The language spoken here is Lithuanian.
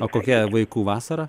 o kokia vaikų vasara